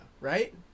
Right